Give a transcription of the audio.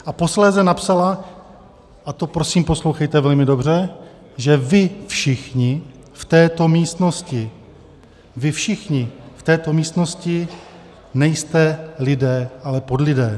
A posléze napsala, a to prosím poslouchejte velmi dobře, že vy všichni v této místnosti, vy všichni v této místnosti nejste lidé, ale podlidé.